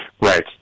right